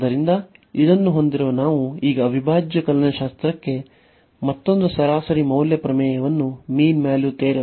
ಆದ್ದರಿಂದ ಇದನ್ನು ಹೊಂದಿರುವ ನಾವು ಈಗ ಅವಿಭಾಜ್ಯ ಕಲನಶಾಸ್ತ್ರಕ್ಕೆ ಮತ್ತೊಂದು ಸರಾಸರಿ ಮೌಲ್ಯ ಪ್ರಮೇಯವನ್ನು ಪಡೆಯುತ್ತೇವೆ